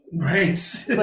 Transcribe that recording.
Right